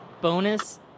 bonus